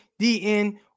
DN